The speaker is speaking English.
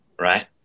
right